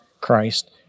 Christ